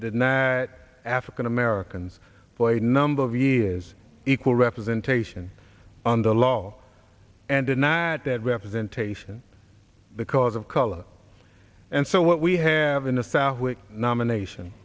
not african americans for a number of years equal representation on the law and denied that representation the cause of color and so what we have in the south which nomination